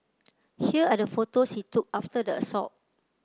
here are the photos he took after the assault